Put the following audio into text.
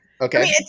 Okay